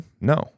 No